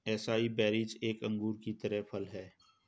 acai berries एक अंगूर की तरह फल हैं